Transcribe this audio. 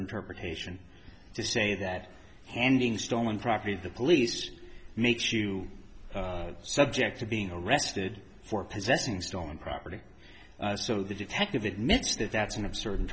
interpretation to say that handing stolen property to the police makes you subject to being arrested for possessing stolen property so the detective admits that that's an absurd